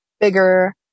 bigger